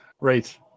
right